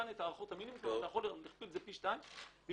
אתה יכול להכפיל את זה פי שתיים.